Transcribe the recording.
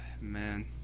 man